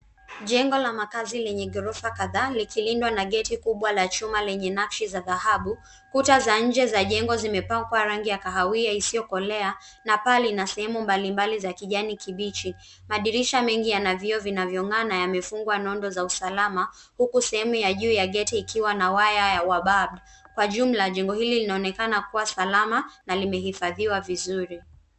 Jengo la makazi lenye ghorofa kadhaa likilindwa na geti kubwa la chuma lenye nakshi za dhahabu. Kuta za nje za jengo zimepakwa rangi ya kahawia isiyokolea, na paa lina sehemu mbalimbali za kijani kibichi. Madirisha mengi yana vioo vinavyong'aa na yamefungwa nondo za usalama huku sehemu ya juu ya geti ikiwa na waya wa barbed . Kwa jumla jengo hili linaonekana kuwa salama na limehifadhiwa vizuri.